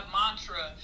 mantra